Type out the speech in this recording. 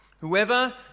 Whoever